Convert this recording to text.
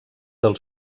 del